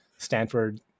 Stanford